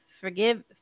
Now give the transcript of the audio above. forgive